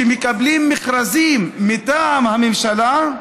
שמקבלות מכרזים מטעם הממשלה,